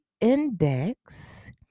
Index